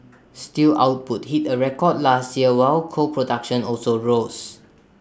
steel output hit A record last year while coal production also rose